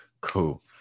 Cool